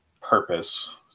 purpose